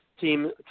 team